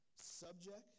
subject